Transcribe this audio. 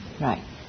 Right